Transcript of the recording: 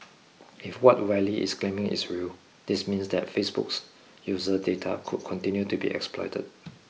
if what Wylie is claiming is real this means that Facebook's user data could continue to be exploited